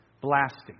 Blasting